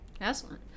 Excellent